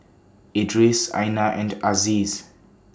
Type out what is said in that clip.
Idris Aina and Aziz